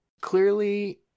clearly